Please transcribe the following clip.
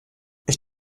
ich